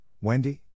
Wendy